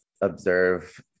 observe